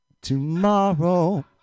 Tomorrow